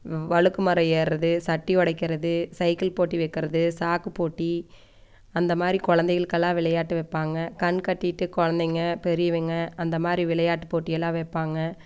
வழுக்கு மரம் ஏறகிறது சட்டி ஒடைக்கிறது சைக்கிள் போட்டி வைக்கறது சாக்குப் போட்டி அந்த மாதிரி குழந்தைகளுக்கெல்லா விளையாட்டு வைப்பாங்க கண் கட்டிட்டு குழந்தைங்க பெரியவங்க அந்த மாதிரி விளையாட்டு போட்டி எல்லா வைப்பாங்க